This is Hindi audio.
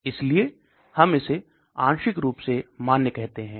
इसलिए हम इसे आंशिक रूप से मान्य कहते हैं